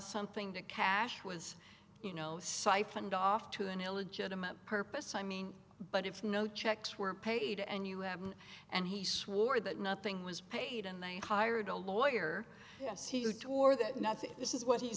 something to cash was you know siphoned off to an illegitimate purpose i mean but if no checks were paid and you haven't and he swore that nothing was paid and they hired a lawyer or that nothing this is what he